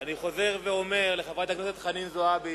אני חוזר ואומר לחברת הכנסת חנין זועבי